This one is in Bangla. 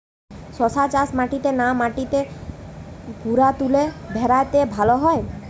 শশা চাষ মাটিতে না মাটির ভুরাতুলে ভেরাতে ভালো হয়?